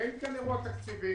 אין כאן אירוע תקציבי.